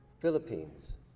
Philippines